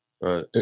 Right